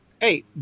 hey